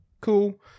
cool